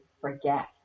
forget